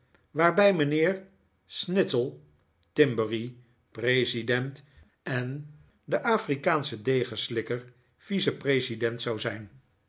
waarbij mijnheer snittle timberry president en de afrikaansche degenslikker vice-president zou zijn